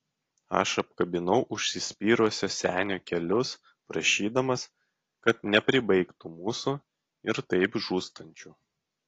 aš apkabinau užsispyrusio senio kelius prašydamas kad nepribaigtų mūsų ir taip žūstančių